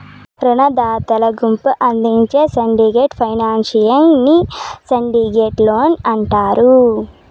రునదాతల గుంపు అందించే సిండికేట్ ఫైనాన్సింగ్ ని సిండికేట్ లోన్ అంటారు